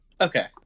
Okay